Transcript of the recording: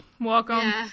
Welcome